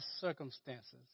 circumstances